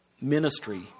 ministry